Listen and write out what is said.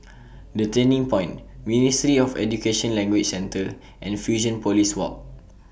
The Turning Point Ministry of Education Language Centre and Fusionopolis Walk